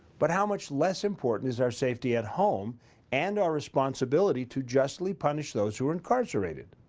but how much less important is our safety at home and our responsibility to justly punish those who are incarcerated?